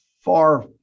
far